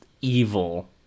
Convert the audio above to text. evil